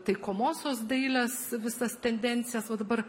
taikomosios dailės visas tendencijas va dabar